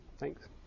Thanks